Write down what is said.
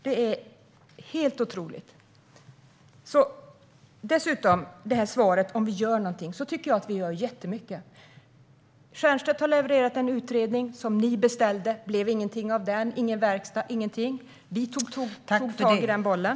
Det är helt otroligt. Svaret på frågan om vi gör något är att vi gör jättemycket. Stiernstedt har levererat en utredning som ni beställde. Det blev ingenting av den - ingen verkstad, ingenting. Vi tog upp den bollen.